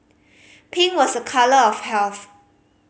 pink was a colour of health